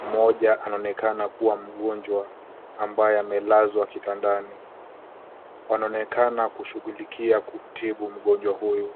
Mmoja anonekana kuwa mgonjwa ambaye amelazwa kitandani. Wanaonekana kushughulikia kumtibu mgonjwa huyu.